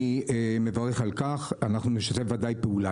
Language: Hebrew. אני מברך על כך, אנחנו נשתף ודאי פעולה.